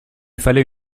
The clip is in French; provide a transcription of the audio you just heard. fallait